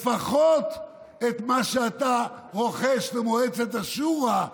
לפחות את מה שאתה רוחש למועצת השורא,